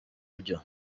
buryo